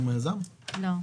לא.